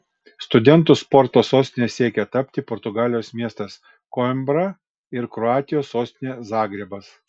studentų sporto sostine siekia tapti portugalijos miestas koimbra ir kroatijos sostinė zagrebas